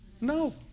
No